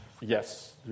yes